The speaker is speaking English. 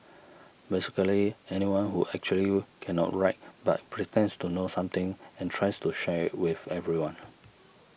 basically anyone who actually cannot write but pretends to know something and tries to share it with everyone